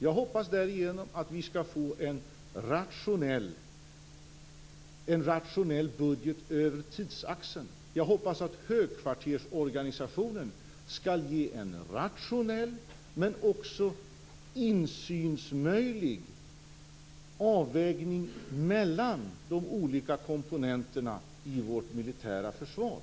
Jag hoppas att vi därigenom skall få en rationell budget över tidsaxeln. Jag hoppas att högkvartersorganisationen skall ge en rationell avvägning, med möjligheter till insyn, mellan de olika komponenterna i vårt militära försvar.